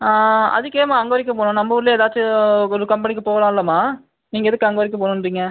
ஆ அதுக்கு ஏம்மா அங்கே வரைக்கும் போகணும் நம்ம ஊரிலே ஏதாச்சும் ஒரு கம்பனிக்கு போகலாலம்மா நீங்கள் எதுக்கு அங்கே வரைக்கும் போகணுன்றிங்க